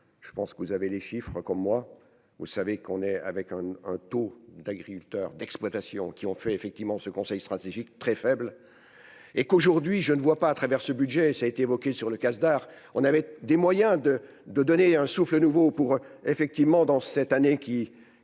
je pense que vous avez les chiffres comme moi, vous savez qu'on ait, avec un taux d'agriculteurs d'exploitation qui ont fait effectivement ce conseil stratégique très faible et qu'aujourd'hui je ne vois pas à travers ce budget, ça a été évoqué sur le casse d'art, on avait des moyens de de donner un souffle nouveau pour effectivement dans cette année qui